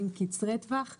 קצרי-טווח לחקלאים,